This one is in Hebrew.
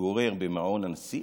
שמתגורר במעון הנשיא,